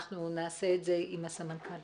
אנחנו נעשה את זה עם הסמנכ"ל.